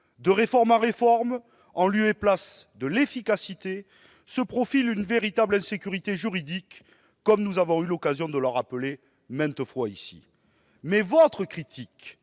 De réforme en réforme, en lieu et place de l'efficacité se profile une véritable insécurité juridique- nous avons eu l'occasion de le rappeler maintes fois dans cette enceinte.